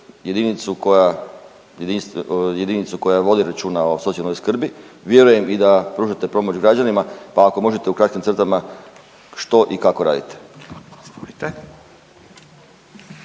jedinicu koja vodi računa o socijalnoj skrbi, vjerujem i da pružate pomoć građanima, pa ako možete u kratkim crtama što i kako raditi.